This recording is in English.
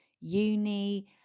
uni